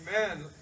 Amen